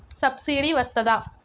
Subsidy వస్తదా?